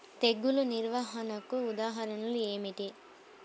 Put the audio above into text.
తెగులు నిర్వహణకు ఉదాహరణలు ఏమిటి?